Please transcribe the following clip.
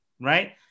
right